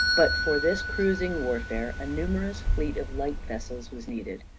but for this cruising warfare a numerous fleet of light vessels was needed,